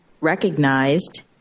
recognized